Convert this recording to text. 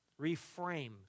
Reframe